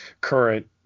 current